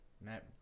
Matt